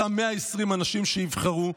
אותם 120 אנשים שיבחרו,